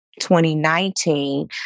2019